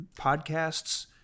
podcasts